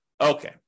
Okay